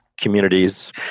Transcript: communities